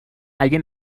اگه